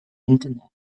internet